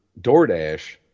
DoorDash